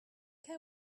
care